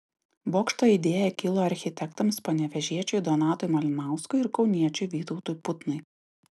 bokšto idėja kilo architektams panevėžiečiui donatui malinauskui ir kauniečiui vytautui putnai